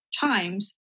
times